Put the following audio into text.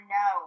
no